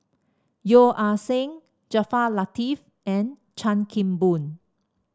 Yeo Ah Seng Jaafar Latiff and Chan Kim Boon